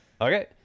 Okay